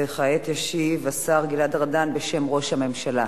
וכעת ישיב השר גלעד ארדן בשם ראש הממשלה.